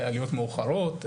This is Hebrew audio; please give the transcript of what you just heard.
עליות מאוחרות,